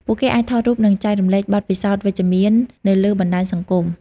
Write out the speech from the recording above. ពួកគេអាចថតរូប និងចែករំលែកបទពិសោធន៍វិជ្ជមាននៅលើបណ្តាញសង្គម។